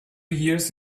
years